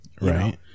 Right